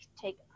take